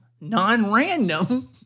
non-random